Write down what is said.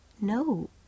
No